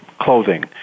clothing